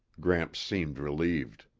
gramps seemed relieved.